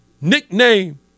Nickname